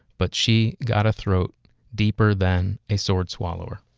but she got a throat deeper than a sword swallower